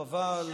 חבל.